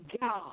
God